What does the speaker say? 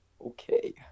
Okay